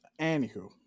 anywho